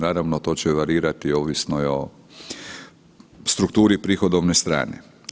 Naravno, to će varirati ovisno o strukturi prihodovne strane.